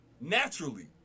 Naturally